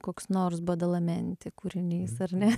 koks nors badalamenti kūrinys ar ne